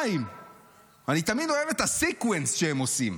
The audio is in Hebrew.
2. אני תמיד אוהב את ה- sequenceשהם עושים.